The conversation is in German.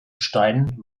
steinen